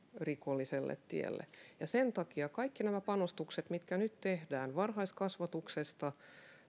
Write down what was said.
rikolliselle tielle ja sen takia kaikki nämä panostukset mitkä nyt tehdään varhaiskasvatuksesta